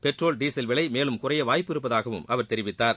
petrol diesel விலை மேலும் குறைய வாய்ப்பு இருப்பதாகவும் அவர் தெரிவித்தார்